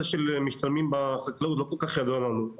של משתלמים בחקלאות לא כל כך ידוע לנו פה,